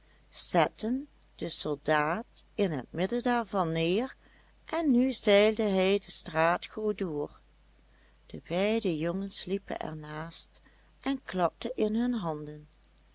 zetten den soldaat in het midden daarvan neer en nu zeilde hij de straatgoot door de beide jongens liepen er naast en klapten in hun handen